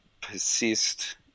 persist